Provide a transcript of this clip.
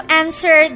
answer